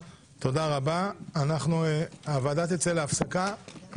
לפי חוק הכללת אמצעי זיהוי ביומטריים